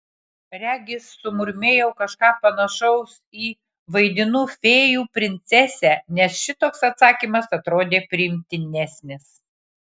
regis sumurmėjau kažką panašaus į vaidinu fėjų princesę nes šitoks atsakymas atrodė priimtinesnis